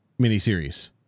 miniseries